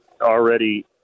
already